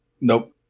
Nope